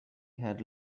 had